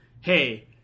hey